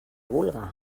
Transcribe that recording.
vulga